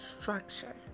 structure